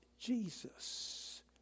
Jesus